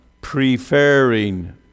preferring